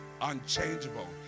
unchangeable